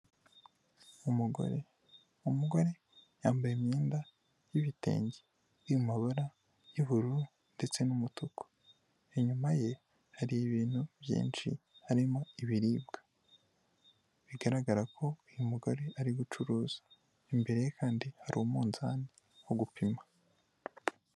Umugore, umugore yambaye imyenda y'ibitenge biri mu mabara y'ubururu ndetse n'umutuku, inyuma ye hari ibintu byinshi harimo ibiribwa bigaragara ko uyu mugore ari gucuruza, imbere ye kandi hari umunzani wo gupima.